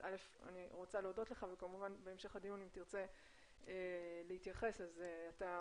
אז אני רוצה להודות לך וכמובן אם תרצה בהמשך הדיון להתייחס אתה מוזמן.